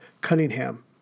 Cunningham